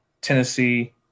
Tennessee